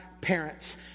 parents